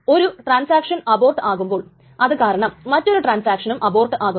ഒരു transaction abort ആകുമ്പോൾ അതുകാരണം മറ്റൊരു ട്രാൻസാക്ഷനും അബോർട്ട് ആകുന്നു